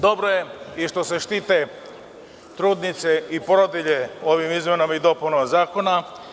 Dobro je i što se štite trudnice i porodilje ovim izmenama i dopunama zakona.